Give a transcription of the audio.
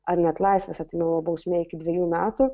ar net laisvės atėmimo bausmė iki dvejų metų